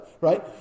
right